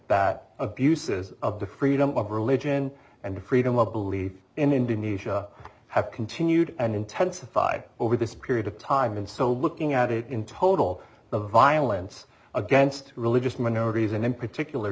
that abuses of the freedom of religion and freedom of belief in indonesia have continued and intensified over this period of time and so looking at it in total the violence against religious minorities and in particular